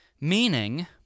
Meaning